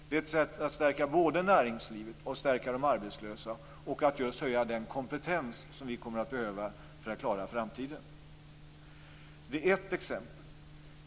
Det är ett sätt att stärka både näringslivet och de arbetslösa och att just höja den kompetens som vi kommer att behöva för att klara framtiden. Detta är ett exempel.